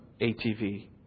ATV